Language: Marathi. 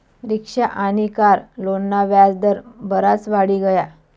रिक्शा आनी कार लोनना व्याज दर बराज वाढी गया